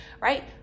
right